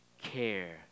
care